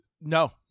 no